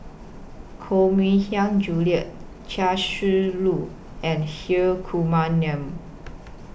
Koh Mui Hiang Julie Chia Shi Lu and Hri Kumar Nair